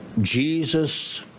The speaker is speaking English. Jesus